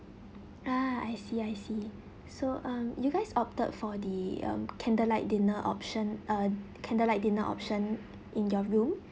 ah I see I see so um you guys opted for the um candlelight dinner option uh candlelight dinner option in your room